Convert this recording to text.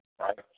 right